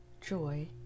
joy